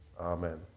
Amen